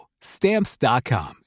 Stamps.com